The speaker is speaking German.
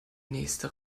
nächste